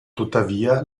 tuttavia